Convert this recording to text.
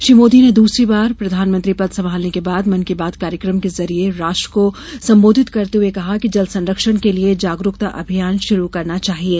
श्री मोदी ने दूसरी बार प्रधानमंत्री पद संभालने के बाद मन की बात कार्यक्रम के जरिए राष्ट्र को संबोधित करते हुए कहा कि जल संरक्षण के लिये जागरूकता अभियान शुरू करना चाहिये